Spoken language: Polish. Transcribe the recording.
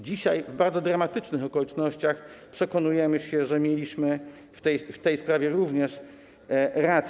Dzisiaj w bardzo dramatycznych okolicznościach przekonujemy się, że mieliśmy w tej sprawie rację.